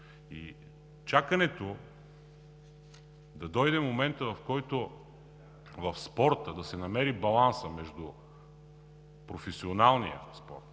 и чакането да дойде моментът, в който в спорта да се намери балансът между професионалния спорт,